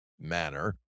manner